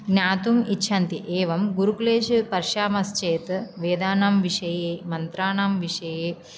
ज्ञातुम् इच्छन्ति एवं गुरुकुलेषु पश्चामश्चेत् वेदानां विषये मन्त्राणां विषये